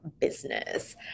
business